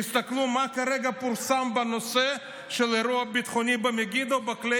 תסתכלו מה כרגע פורסם בנושא של האירוע הביטחוני במגידו בכלי